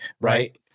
right